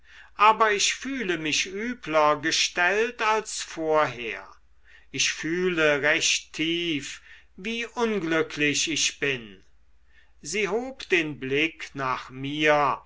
aber ich fühle mich übler gestellt als vorher ich fühle recht tief wie unglücklich ich bin sie hob den blick nach mir